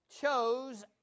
chose